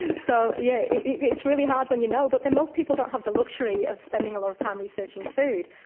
so, yeah yes, it's really hard when you know, but then most people don't have the luxury of spending a lot of time researching food,